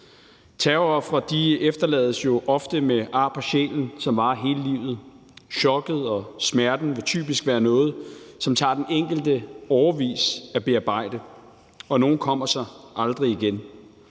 Terrorofre efterlades jo ofte med ar på sjælen, som består hele livet. Chokket og smerten vil typisk være noget, som det tager den enkelte årevis at bearbejde, og nogle kommer sig aldrig igen.